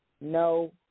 no